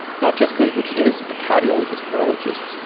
not just clinical geneticists but cardiologists, neurologists,